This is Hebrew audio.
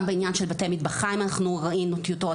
גם בעניין של בתי מטבחיים אנחנו ראינו טיוטות,